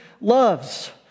loves